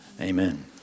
Amen